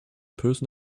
person